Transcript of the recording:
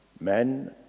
men